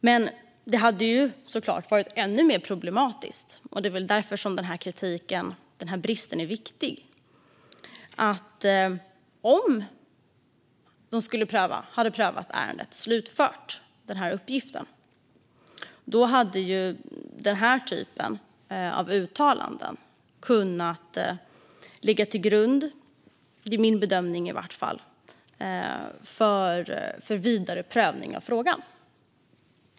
Men det hade självklart varit ännu mer problematiskt om ärendet hade prövats och uppgiften slutförts, och det är väl därför kritiken mot den här bristen är viktig. Då hade den här typen av uttalanden kunnat ligga till grund för vidare prövning av frågan. Det är i alla fall min bedömning.